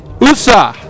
USA